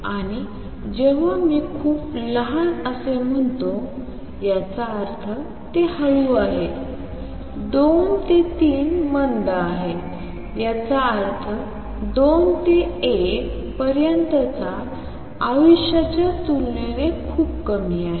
आणि जेव्हा मी खूप लहान असे म्हणतो याचा अर्थ हे हळू आहे 2 ते 3 मंद आहे याचा अर्थ 2 ते 1 पर्यंतच्या आयुष्याच्या तुलनेत खूप कमी आहे